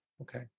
Okay